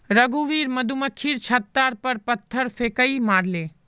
रघुवीर मधुमक्खीर छततार पर पत्थर फेकई मारले